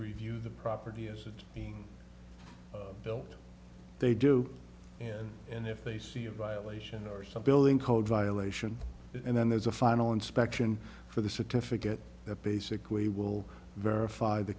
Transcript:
review the property as it built they do and if they see a violation or some building code violation and then there's a final inspection for the certificate that basically will verify the